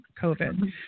COVID